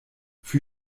für